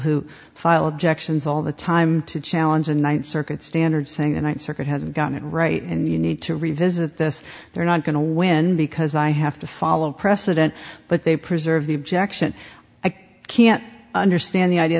who file objections all the time to challenge in one circuit standard saying and i'm circuit hasn't got it right and you need to revisit this they're not going to win because i have to follow precedent but they preserve the objection i can't understand the idea